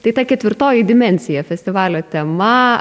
tai ta ketvirtoji dimensija festivalio tema